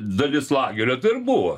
dalis lagerio tai ir buvo